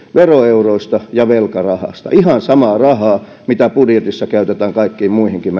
veroeuroista ja velkarahasta ihan samaa rahaa mitä budjetissa käytetään kaikkiin muihinkin